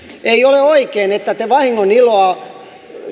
ei ole oikein että te vahingoniloa